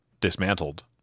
dismantled